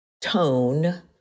tone